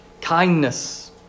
kindness